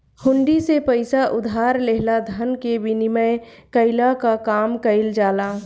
हुंडी से पईसा उधार लेहला धन के विनिमय कईला कअ काम कईल जाला